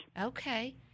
Okay